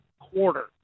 quarter